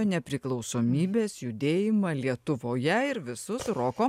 nepriklausomybės judėjimą lietuvoje ir visus roko